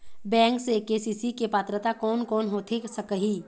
Bank से KCC के पात्रता कोन कौन होथे सकही?